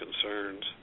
concerns